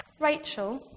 Rachel